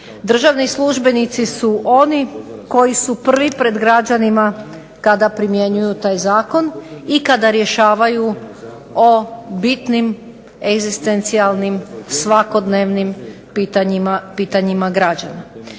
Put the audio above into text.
Državni službenici su oni koji su prvi pred građanima kada primjenjuju taj zakon i kada rješavaju o bitnim egzistencijalnim svakodnevnim pitanjima građana.